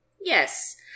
Yes